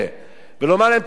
ולומר להם: תשמעו,